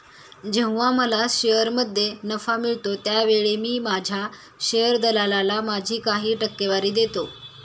जेव्हा मला शेअरमध्ये नफा मिळतो त्यावेळी मी माझ्या शेअर दलालाला माझी काही टक्केवारी देतो